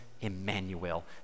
Emmanuel